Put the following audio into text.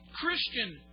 Christian